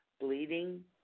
bleeding